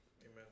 Amen